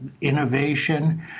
innovation